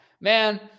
Man